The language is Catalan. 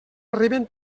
arriben